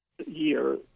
year